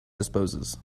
disposes